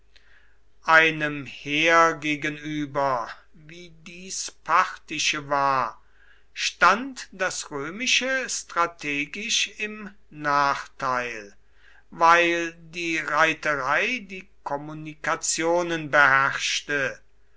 einem heer gegenüber wie dies parthische war stand das römische strategisch im nachteil weil die reiterei die kommunikationen beherrschte